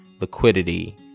liquidity